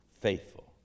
faithful